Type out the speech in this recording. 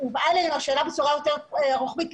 הובאה אלינו השאלה בצורה יותר רוחבית,